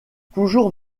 toujours